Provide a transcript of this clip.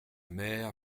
mère